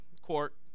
court